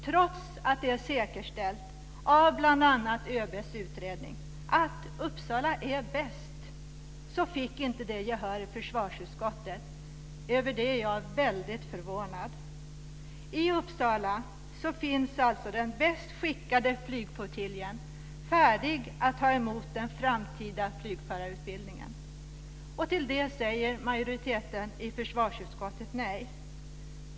Trots att det är säkerställt av bl.a. ÖB:s utredning att Uppsala är bäst fick inte det gehör i försvarsutskottet. Över det är jag väldigt förvånad. I Uppsala finns alltså den bäst skickade flygflottiljen, färdig att ta emot den framtida flygförarutbildningen. Till det säger majoriteten i försvarsutskottet nej.